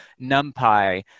NumPy